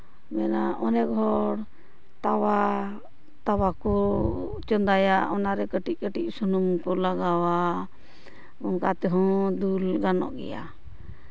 ᱟᱹᱰᱤ ᱦᱚᱲ ᱛᱟᱣᱟ ᱛᱟᱣᱟ ᱠᱚ ᱪᱚᱸᱫᱟᱭᱟ ᱚᱱᱟᱨᱮ ᱠᱟᱹᱴᱤᱡ ᱠᱟᱹᱴᱤᱡ ᱥᱩᱱᱩᱢ ᱠᱚ ᱞᱟᱜᱟᱣᱟ ᱚᱱᱠᱟ ᱛᱮᱦᱚᱸ ᱫᱩᱞ ᱜᱟᱱᱚᱜ ᱜᱮᱭᱟ